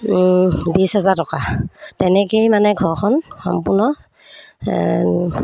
বিছ হাজাৰ টকা তেনেকৈয়ে মানে ঘৰখন সম্পূৰ্ণ